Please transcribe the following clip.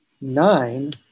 nine